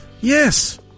Yes